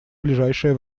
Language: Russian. ближайшее